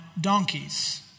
donkeys